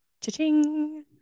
Cha-ching